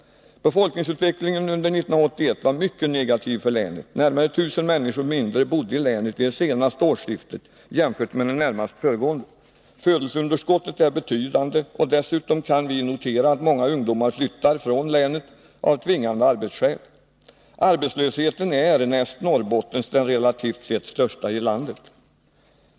Befolkningsutvecklingen under 1981 var mycket negativ för länet — närmare 1000 människor mindre bodde i länet vid det senaste årsskiftet jämfört med det närmast föregående. Födelseunderskottet är betydande, och dessutom kan vi notera att många ungdomar flyttar från länet av tvingande arbetsskäl. Arbetslösheten är näst Norrbottens den relativt sett största i landet.